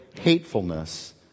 hatefulness